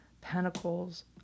pentacles